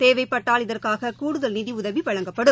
தேவைப்பட்டால் இதற்காக கூடுதல் நிதி உதவி வழங்கப்படும்